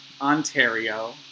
Ontario